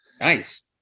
Nice